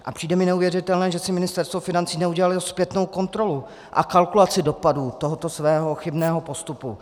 A přijde mi neuvěřitelné, že si Ministerstvo financí neudělalo zpětnou kontrolu a kalkulaci dopadu tohoto svého chybného postupu.